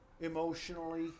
emotionally